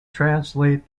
translate